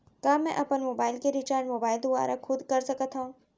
का मैं अपन मोबाइल के रिचार्ज मोबाइल दुवारा खुद कर सकत हव?